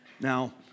Now